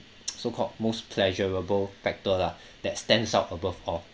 so called most pleasurable factor lah that stands out above all